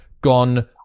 gone